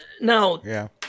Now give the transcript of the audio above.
Now